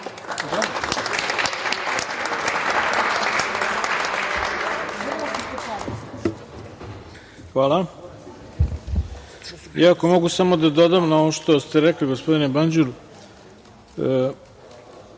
Hvala. Ako mogu samo da dodam na ovo što ste rekli gospodine Banđur,